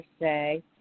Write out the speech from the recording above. say